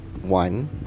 one